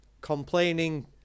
complaining